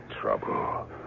trouble